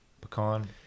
pecan